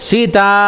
Sita